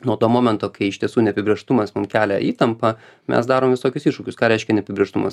nuo to momento kai iš tiesų neapibrėžtumas mum kelia įtampą mes darom visokius iššūkius ką reiškia neapibrėžtumas